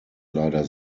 leider